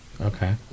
Okay